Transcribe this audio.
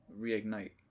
Reignite